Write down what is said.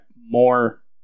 more